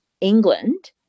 England